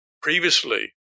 previously